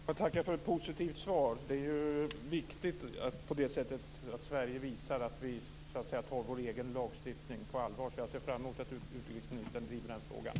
Herr talman! Jag tackar för ett positivt svar. Det är viktigt att Sverige visar att vi tar vår egen lagstiftning på allvar. Jag ser fram emot att utrikesministern driver den frågan.